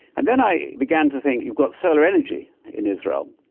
and then i began to think you've got solar energy in israel,